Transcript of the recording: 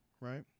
right